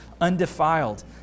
undefiled